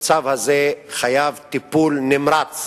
מתחייבים טיפול נמרץ